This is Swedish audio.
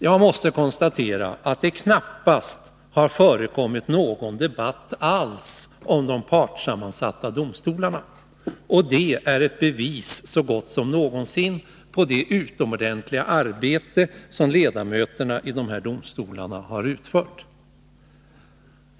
Jag måste konstatera att det knappast förekommit någon debatt alls om de partssammansatta domstolarna. Och det är ett bevis så gott som något på det utomordentliga arbete som ledamöterna i de här domstolarna har utfört.